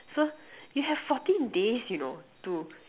so you have fourteen days you know to